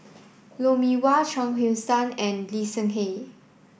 Lou Mee Wah Chuang Hui Tsuan and Lee Seng Tee